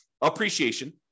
Appreciation